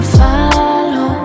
follow